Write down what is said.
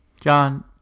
John